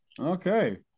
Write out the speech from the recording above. Okay